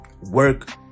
Work